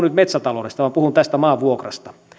nyt metsätaloudesta vaan puhun tästä maanvuokrasta